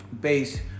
base